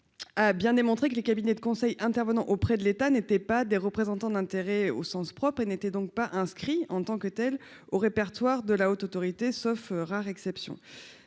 a bien démontré que les cabinets de conseil intervenant auprès de l'État n'étaient pas des représentants d'intérêts au sens propre et n'était donc pas inscrit en tant que telle, au répertoire de la Haute autorité, sauf rares exceptions,